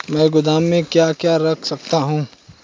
मैं गोदाम में क्या क्या रख सकता हूँ?